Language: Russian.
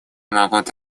могут